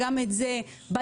גם את זה בדקנו.